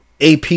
AP